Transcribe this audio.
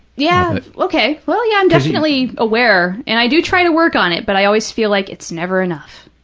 yeah, okay, well, yeah, i'm definitely aware, and i do try to work on it, but i always feel like it's never enough.